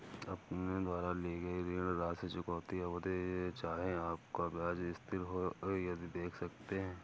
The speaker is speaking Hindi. अपने द्वारा ली गई ऋण राशि, चुकौती अवधि, चाहे आपका ब्याज स्थिर हो, आदि देख सकते हैं